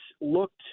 looked